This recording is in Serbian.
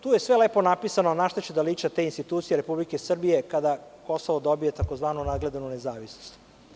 Tu je sve lepo napisano na šta će da liče te institucije Republike Srbije, kada Kosovo dobije takozvanu nadgledanu nezavisnost.